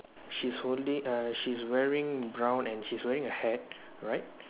she's holding err she is wearing brown and she's wearing a hat right